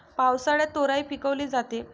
पावसाळ्यात तोराई पिकवली जाते